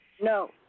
No